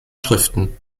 schriften